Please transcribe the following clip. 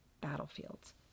battlefields